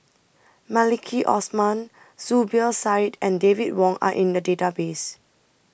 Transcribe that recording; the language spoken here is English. Maliki Osman Zubir Said and David Wong Are in The Database